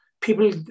people